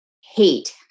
hate